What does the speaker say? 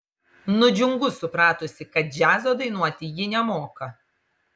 nudžiungu supratusi kad džiazo dainuoti ji nemoka